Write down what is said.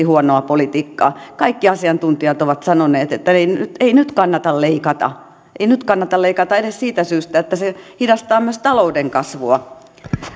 huonoa politiikkaa kaikki asiantuntijat ovat sanoneet että ei nyt kannata leikata ei nyt kannata leikata edes siitä syystä että se hidastaa myös talouden kasvua